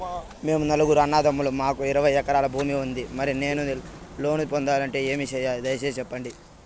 మేము నలుగురు అన్నదమ్ములం మాకు ఇరవై ఎకరాల భూమి ఉంది, మరి నేను లోను పొందాలంటే ఏమి సెయ్యాలి? దయసేసి సెప్పండి?